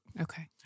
Okay